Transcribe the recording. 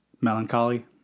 melancholy